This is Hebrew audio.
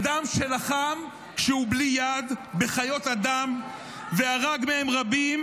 אדם כשהוא לחם כשהוא בלי יד בחיות אדם והרג בהם רבים,